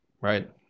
Right